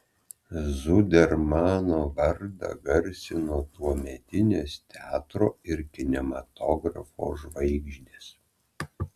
zudermano vardą garsino tuometinės teatro ir kinematografo žvaigždės